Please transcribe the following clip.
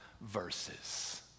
verses